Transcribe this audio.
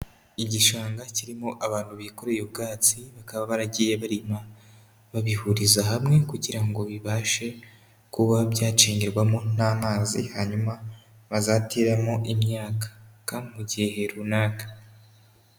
Igishanga kirimo abantu bikoreye ubwatsi bakaba baragiye barima babihuriza hamwe kugira ngo bibashe kuba byacengerwamo n'amazi hanyuma bazateramo imyaka mu gihe runaka.